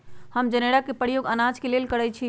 हम जनेरा के प्रयोग अनाज के लेल करइछि